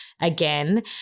again